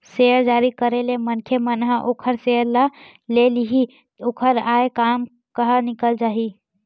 share जारी करे ले मनखे मन ह ओखर सेयर ल ले लिही त ओखर आय काम ह निकल जाही